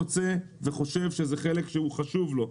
שרוצה וחושב שזה חלק שהוא חשוב לו,